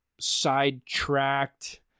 sidetracked